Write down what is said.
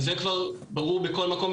זה כבר ברור בכל מקום,